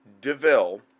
Deville